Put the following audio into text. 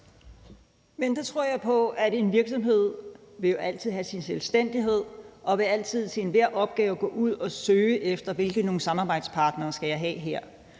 Men der tror jeg på, at en virksomhed jo altid vil have sin selvstændighed, og at man til enhver opgave vil gå ud at søge, i forhold til hvilke samarbejdspartnere man skal have.